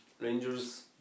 Rangers